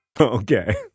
Okay